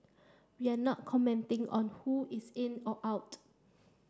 we are not commenting on who is in or out